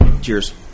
cheers